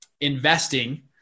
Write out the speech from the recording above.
investing